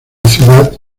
ciudad